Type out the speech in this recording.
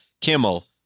Kimmel